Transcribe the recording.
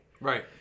Right